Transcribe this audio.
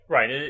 Right